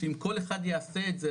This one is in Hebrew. שאם כל אחד יעשה את זה,